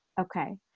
Okay